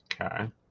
Okay